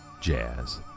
jazz